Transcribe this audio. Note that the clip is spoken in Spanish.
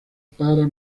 para